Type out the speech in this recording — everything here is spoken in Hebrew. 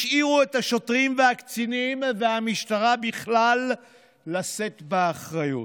השאירו את השוטרים והקצינים והמשטרה בכלל לשאת באחריות.